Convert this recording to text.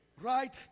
Right